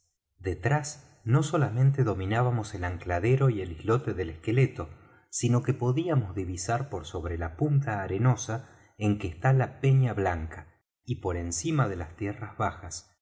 detrás no solamente dominábamos el ancladero y el islote del esqueleto sino que podíamos divisar por sobre la punta arenosa en que está la peña blanca y por encima de las tierras bajas